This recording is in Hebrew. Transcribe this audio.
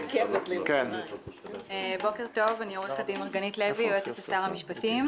אני יועצת לשר המשפטים.